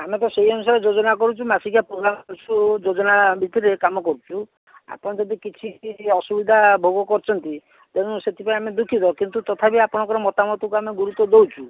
ଆମେ ତ ସେଇ ଅନୁସାରେ ଯୋଜନା କରୁଛୁ ମାସିକିଆ ପୁରୁଣା ଯୋଜନା ଭିତରେ କାମ କରୁଛୁ ଆପଣ ଯଦି କିଛି ବି ଅସୁବିଧା ଭୋଗ କରିଛନ୍ତି ତେଣୁ ସେଥିପାଇଁ ଆମେ ଦୁଃଖିତ କିନ୍ତୁ ତଥାପି ଆପଣଙ୍କର ମତାମତକୁ ଆମେ ଗୁରୁତ୍ୱ ଦେଉଛୁ